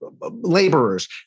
laborers